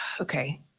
Okay